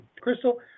Crystal